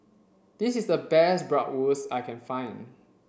this is the best Bratwurst I can find